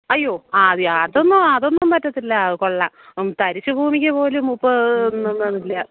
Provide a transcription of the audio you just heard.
അയ്യോ അയ് അതൊന്നും അതൊന്നും പറ്റത്തില്ല കൊള്ളാം തരിശു ഭൂമിക്കു പോലും മുപ്പത് ഇല്ല